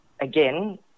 again